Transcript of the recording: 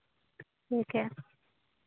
ठीक है